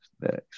next